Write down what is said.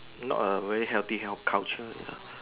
not a very healthy hell culture ya